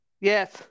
yes